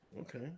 Okay